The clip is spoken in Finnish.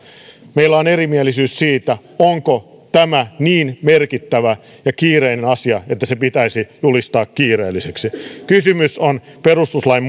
meillä on erimielisyys siitä onko tämä niin merkittävä ja kiireinen asia että se pitäisi julistaa kiireelliseksi kysymys on perustuslain